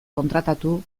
kontratatu